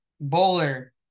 bowler